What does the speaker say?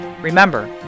Remember